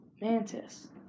Mantis